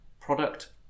product